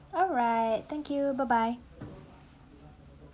alright thank you bye bye